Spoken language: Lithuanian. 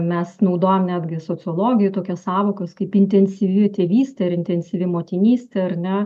mes naudojam netgi sociologijoj tokias sąvokas kaip intensyvi tėvystė ir intensyvi motinystė ar ne